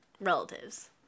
relatives